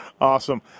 Awesome